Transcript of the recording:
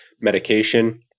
medication